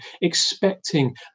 expecting